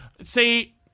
See